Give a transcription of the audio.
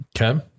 Okay